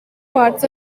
parts